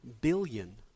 billion